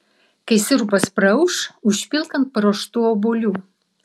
kai sirupas praauš užpilk ant paruoštų obuolių